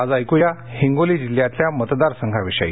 आज ऐकूया हिगोली जिल्ह्यातल्या मतदारसंघांविषयी